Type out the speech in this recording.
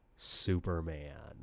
Superman